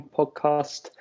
podcast